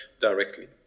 directly